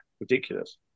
ridiculous